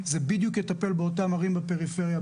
זה בדיוק יטפל באותן ערים בפריפריה,